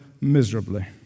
miserably